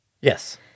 Yes